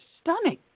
Stunning